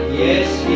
Yes